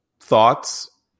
thoughts